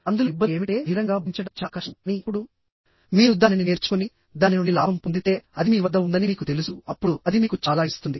అందులో ఇబ్బంది ఏమిటంటే బహిరంగంగా బోధించడం చాలా కష్టంకానీ అప్పుడు మీరు దానిని నేర్చుకునిదాని నుండి లాభం పొందితేఅది మీ వద్ద ఉందని మీకు తెలుసుఅప్పుడు అది మీకు చాలా ఇస్తుంది